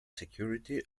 security